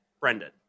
Brendan